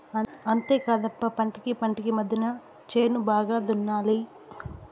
అంతేకాదప్ప పంటకీ పంటకీ మద్దెన చేను బాగా దున్నాలి